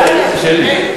שלי,